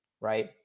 Right